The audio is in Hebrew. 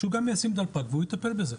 שגם הוא ישים דלפק והוא יטפל בזה.